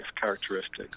characteristics